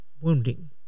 wounding